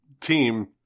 team